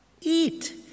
Eat